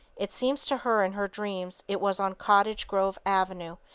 it seems to her in her dreams it was on cottage grove avenue,